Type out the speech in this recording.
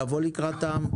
לבוא לקראתם,